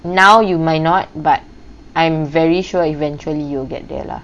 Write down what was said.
now you may not but I'm very sure eventually you'll get there lah